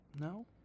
No